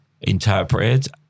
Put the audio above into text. interpreted